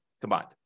combined